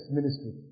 ministry